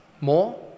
more